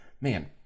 man